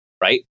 right